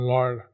Lord